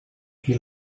qui